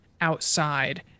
outside